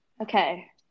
Okay